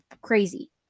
crazy